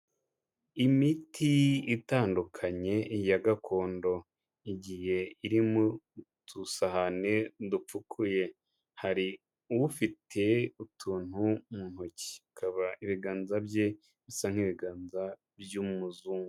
Imiti itandukanye ya gakondo igiye iri mu dusahane dupfukuye. Hari ufiti utuntu mu ntoki, akaba ibiganza bye bisa nk'ibiganza by'umuzungu.